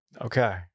Okay